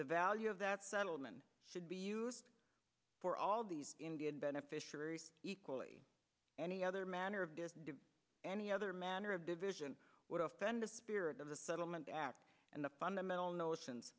the value of that settlement should be for all these indian beneficiaries equally any other manner of any other manner of division would offend the spirit of the settlement act and the fundamental notions